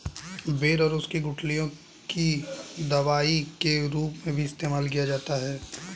बेर और उसकी गुठलियों का दवाई के रूप में भी इस्तेमाल किया जाता है